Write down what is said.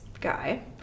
guy